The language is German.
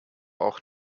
auch